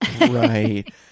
Right